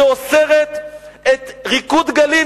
שאוסרת את "ריקוד דגלים",